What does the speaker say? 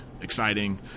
exciting